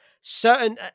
Certain